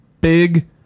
big